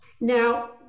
Now